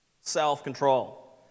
Self-control